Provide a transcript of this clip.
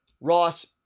Ross